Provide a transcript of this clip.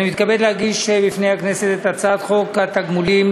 אני מתכבד להגיש בפני הכנסת את הצעת חוק התגמולים